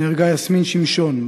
נהרגה יסמין שמשון,